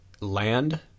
land